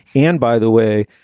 and by the way,